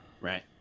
Right